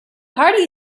party